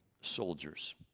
soldiers